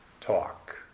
Talk